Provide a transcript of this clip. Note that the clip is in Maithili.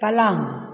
पलङ्ग